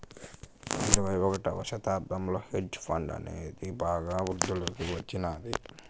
ఇరవై ఒకటవ శతాబ్దంలో హెడ్జ్ ఫండ్ అనేది బాగా వృద్ధిలోకి వచ్చినాది